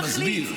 אני מסביר.